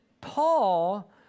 Paul